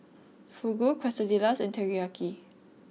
Fugu Quesadillas and Teriyaki